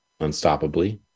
unstoppably